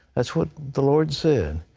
that's what the lord said.